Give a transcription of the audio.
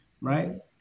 Right